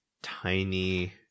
tiny